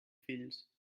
fills